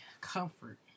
Comfort